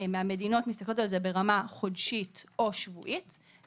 מהמדינות מסתכלות על זה ברמה חודשית או שבועית,